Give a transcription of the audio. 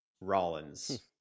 Rollins